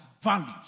values